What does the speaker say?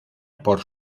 por